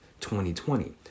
2020